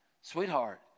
Sweetheart